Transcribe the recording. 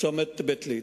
צומת בית-ליד.